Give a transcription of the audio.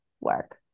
work